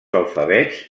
alfabets